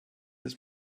his